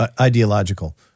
ideological